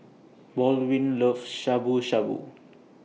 Baldwin loves Shabu Shabu